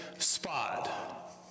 spot